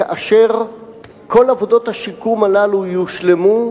כאשר כל עבודות השיקום הללו יושלמו,